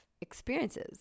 experiences